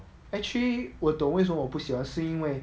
actually 我懂为什么我不喜欢是因为